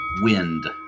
Wind